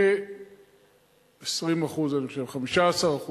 כ-20% או 15%,